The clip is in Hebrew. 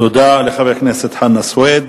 תודה, חבר הכנסת חנא סוייד.